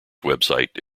website